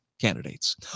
candidates